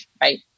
right